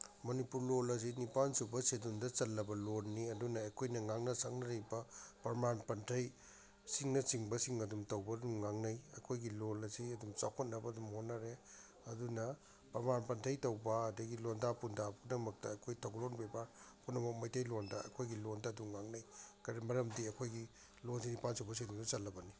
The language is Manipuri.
ꯃꯅꯤꯄꯨꯔ ꯂꯣꯟ ꯑꯁꯤ ꯅꯤꯄꯥꯜ ꯁꯨꯕ ꯁꯦꯗꯨꯟꯗ ꯆꯜꯂꯕ ꯂꯣꯟꯅꯤ ꯑꯗꯨꯅ ꯑꯩꯈꯣꯏꯅ ꯉꯥꯡꯅ ꯁꯛꯅꯔꯤꯕ ꯄ꯭ꯔꯃꯥꯟ ꯄꯥꯟꯊꯩ ꯁꯤꯡꯅꯆꯤꯡꯕ ꯁꯤꯡ ꯑꯗꯨꯝ ꯇꯧꯕ ꯑꯗꯨꯝ ꯉꯥꯡꯅꯩ ꯑꯩꯈꯣꯏꯒꯤ ꯂꯣꯟ ꯑꯁꯤ ꯑꯗꯨꯝ ꯆꯥꯎꯈꯠꯅꯕ ꯑꯗꯨꯝ ꯍꯣꯠꯅꯔꯦ ꯑꯗꯨꯅ ꯄ꯭ꯔꯃꯥꯟ ꯄꯥꯟꯊꯩ ꯇꯧꯕ ꯑꯗꯨꯗꯒꯤ ꯂꯣꯟꯗꯥ ꯄꯨꯟꯗꯥ ꯄꯨꯝꯅꯃꯛꯇ ꯑꯩꯈꯣꯏ ꯊꯧꯒꯂꯣꯟ ꯕꯦꯕꯥꯔ ꯄꯨꯅꯃꯛ ꯃꯩꯇꯩꯂꯣꯟꯗ ꯑꯩꯈꯣꯏꯒꯤ ꯂꯣꯟꯗ ꯑꯗꯨꯝ ꯉꯥꯡꯅꯩ ꯀꯔꯤ ꯃꯔꯝꯗꯤ ꯑꯩꯈꯣꯏꯒꯤ ꯂꯣꯟꯁꯤ ꯅꯤꯄꯥꯜ ꯁꯨꯕ ꯁꯦꯗꯨꯜꯗ ꯆꯜꯂꯕꯅꯤ